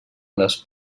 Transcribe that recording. les